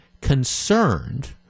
concerned